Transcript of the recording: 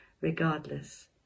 regardless